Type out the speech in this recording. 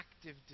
active